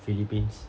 philippines